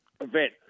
event